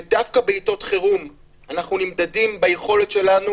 ודווקא בעתות חירום אנחנו נמדדים ביכולת שלנו